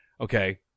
Okay